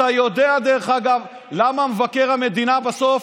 אתה יודע, דרך אגב, למה מבקר המדינה בסוף,